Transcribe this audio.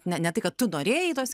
ne ne tai kad tu norėjai tos